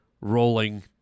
rolling